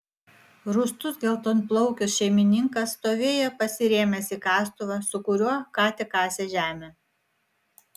rūstus geltonplaukis šeimininkas stovėjo pasirėmęs į kastuvą su kuriuo ką tik kasė žemę